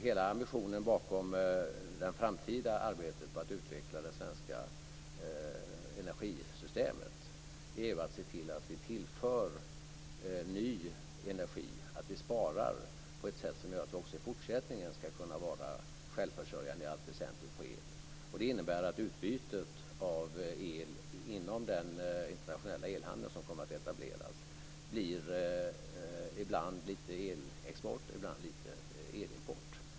Hela ambitionen bakom det framtida arbetet på att utveckla det svenska energisystemet är att se till att vi tillför ny energi och sparar på ett sätt som gör att vi också i fortsättningen ska kunna vara självförsörjande på el i allt väsentligt. Det innebär att utbytet av el inom den internationella elhandel som kommer att etableras blir ibland lite elexport och ibland lite elimport.